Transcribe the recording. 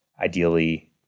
Ideally